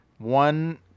One